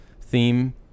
theme